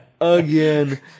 again